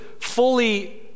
fully